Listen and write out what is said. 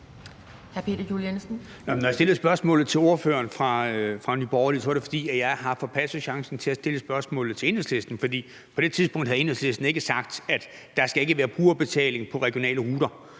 Når jeg stillede spørgsmålet til ordføreren fra Nye Borgerlige, var det, fordi jeg havde forpasset muligheden for at stille spørgsmålet til Enhedslistens ordfører. For på det tidspunkt havde Enhedslisten ikke sagt, at der ikke skulle være brugerbetaling på regionale ruter